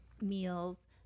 meals